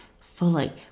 fully